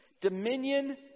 dominion